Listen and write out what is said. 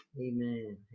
Amen